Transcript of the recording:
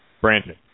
Brandon